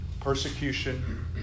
persecution